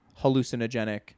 hallucinogenic